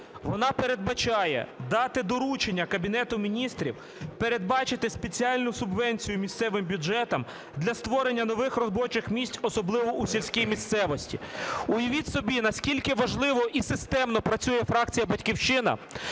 Вона передбачає дати доручення Кабінету Міністрів передбачити спеціальну субвенцію місцевим бюджетам для створення нових робочих місць, особливо у сільській місцевості. Уявіть собі, наскільки важливо і системно працює фракція "Батьківщина",